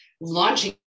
launching